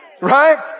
Right